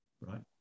right